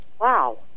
wow